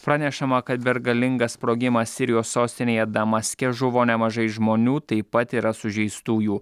pranešama kad per galingą sprogimą sirijos sostinėje damaske žuvo nemažai žmonių taip pat yra sužeistųjų